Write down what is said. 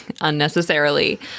unnecessarily